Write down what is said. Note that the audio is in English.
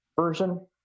version